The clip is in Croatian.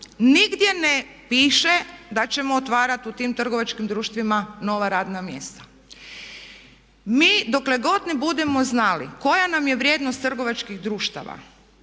Nigdje ne piše da ćemo otvarati u tim trgovačkim društvima nova radna mjesta. Mi dokle god ne budemo znali koja nam je vrijednost trgovačkih društava